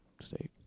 state